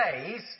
days